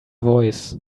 voice